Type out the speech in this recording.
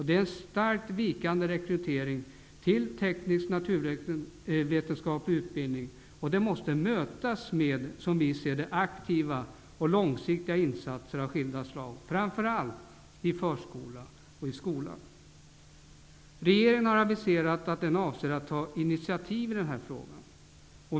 Den starkt vikande rekryteringen till tekniskt-naturvetenskaplig utbildning måste mötas med aktiva och långsiktiga insatser av skilda slag, framför allt i förskola och skola. Regeringen har aviserat att den avser att ta initiativ i denna fråga.